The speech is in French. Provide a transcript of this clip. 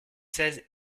seize